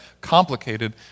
complicated